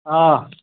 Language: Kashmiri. آ